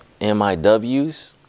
MIWs